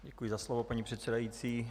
Děkuji za slovo, paní předsedající.